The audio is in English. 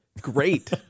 Great